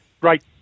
great